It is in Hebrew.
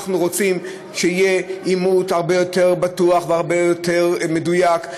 אנחנו רוצים שיהיה אימות הרבה יותר בטוח והרבה יותר מדויק,